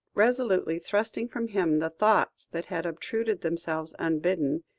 resolutely thrusting from him the thoughts that had obtruded themselves unbidden,